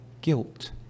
guilt